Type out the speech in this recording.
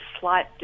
slight